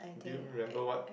do you remember what